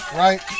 right